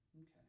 Okay